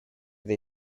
they